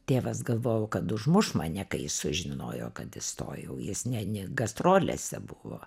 tėvas galvojau kad užmuš mane kai jis sužinojo kad įstojau jis ne ne gastrolėse buvo